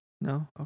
No